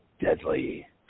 deadly